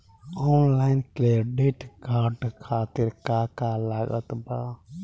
Online credit card खातिर का का लागत बा?